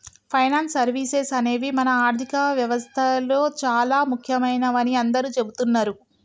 finance services అనేవి మన ఆర్థిక వ్యవస్తలో చానా ముఖ్యమైనవని అందరూ చెబుతున్నరు